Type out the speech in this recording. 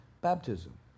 baptism